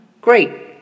Great